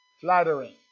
Flattering